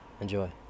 Enjoy